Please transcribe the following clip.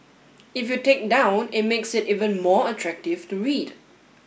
if you take down it makes it even more attractive to read